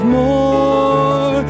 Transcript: more